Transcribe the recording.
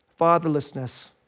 Fatherlessness